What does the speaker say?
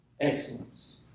excellence